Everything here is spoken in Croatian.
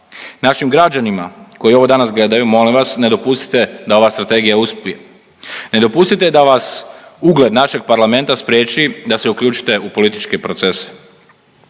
Našim građanima koji ovo danas gledaju molim vas ne dopustite da ova strategija uspije, ne dopustite da vas ugled našeg Parlamenta spriječi da se uključite u političke procese.